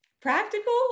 practical